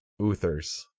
Uthers